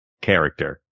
character